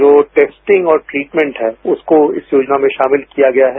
जो टेस्टिंग और ट्रीटमेंट है उसको इस योजना में शामिल किया गया है